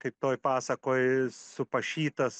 kaip toj pasakoj supašytas